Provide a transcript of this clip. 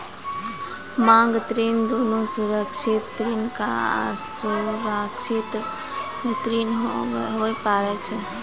मांग ऋण दुनू सुरक्षित ऋण या असुरक्षित ऋण होय पारै छै